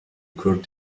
court